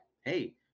hey